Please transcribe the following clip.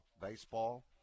baseball